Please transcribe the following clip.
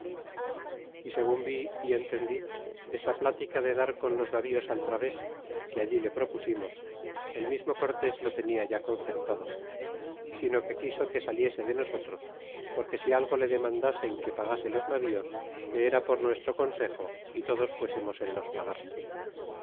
segun ví y entendí esta plática de dar con los navíos al través que allí le propusimos el mismo cortés lo tenia ya concertado sino que quiso que saliese de nosotros porque si algo le demandasen que pagase los navíos que era por nuestro consejo y todos fuésemos en los pagar